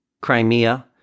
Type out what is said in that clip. Crimea